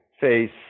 face